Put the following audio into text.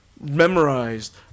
memorized